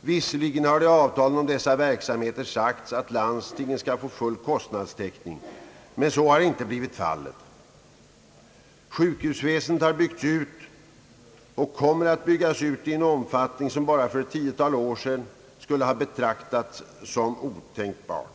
Visserligen har i avtal om dessa verksamheter sagts att landstingen skall få full kostnadstäckning, men så har inte blivit fallet. Sjukhusväsendet har byggts ut och kommer att byggas ut i en omfattning som bara för något tiotal år sedan skulle ha betraktats som otänkbart.